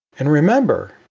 and remember,